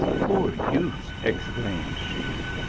poor youths! exclaimed she,